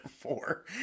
four